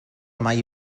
mai